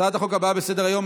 הצעת החוק הבאה בסדר-היום,